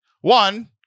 One